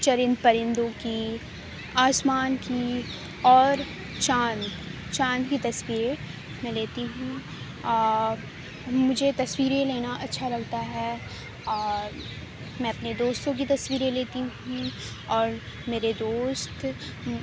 چرند پرندوں کی آسمان کی اور چاند چاند کی تصویر میں لیتی ہوں اور مجھے تصویریں لینا اچھا لگتا ہے اور میں اپنے دوستوں کی تصویریں لیتی ہوں اور میرے دوست